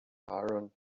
iron